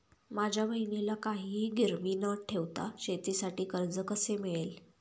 माझ्या बहिणीला काहिही गिरवी न ठेवता शेतीसाठी कर्ज कसे मिळेल?